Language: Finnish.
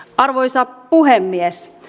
arvoisa puhemies